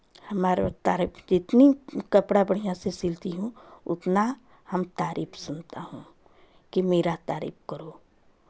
हमारे तारीफ जितने कपड़ा बढ़ियाँ से सिलती हूँ उतना हम तारीफ सुनता हूँ कि मेरा तारीफ करो